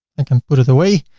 and can put it away.